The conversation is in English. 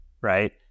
right